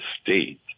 state